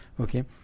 okay